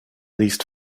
least